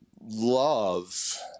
love